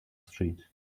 street